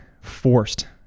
forced